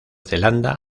zelanda